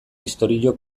istorio